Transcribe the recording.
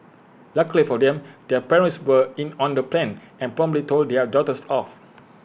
luckily for them their parents were in on the plan and promptly told their daughters off